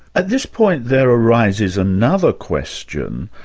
at this point there arises another question.